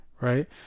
right